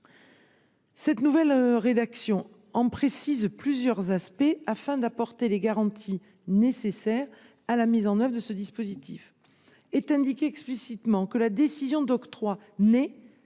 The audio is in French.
de la collectivité. Elle en précise plusieurs aspects afin d’apporter les garanties nécessaires à la mise en œuvre de ce dispositif. Il est indiqué explicitement que la décision d’octroi naît